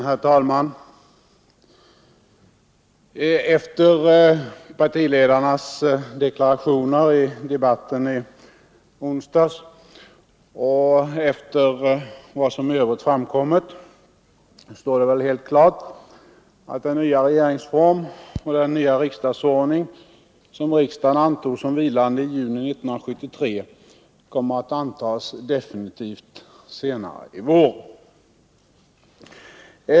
Herr talman! Efter partiledarnas deklarationer i debatten i onsdags och efter vad som i övrigt framkommit står det helt klart att den nya regeringsform och den nya riksdagsordning som riksdagen antog som vilande i juni 1973 kommer att antas definitivt senare i vår.